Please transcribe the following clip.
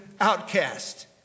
outcast